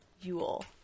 Yule